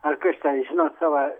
ar kas ten žinot savo